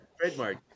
trademark